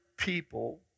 people